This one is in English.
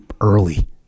early